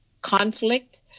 conflict